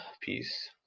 peace